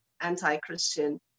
anti-christian